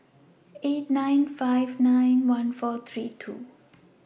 eight nine five nine one four three two